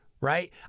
right